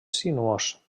sinuós